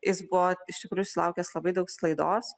jis buvo iš tikrųjų sulaukęs labai daug sklaidos